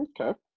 Okay